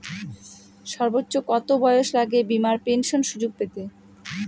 সর্বোচ্চ কত বয়স লাগে বীমার পেনশন সুযোগ পেতে?